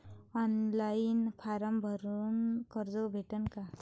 Online form भरून कर्ज भेटन का?